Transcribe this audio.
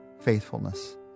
faithfulness